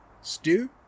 Stew